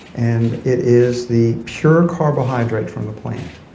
and it is the pure carbohydrate from the plant.